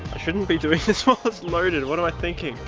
shouldn't be doing this was loaded what am i thinking!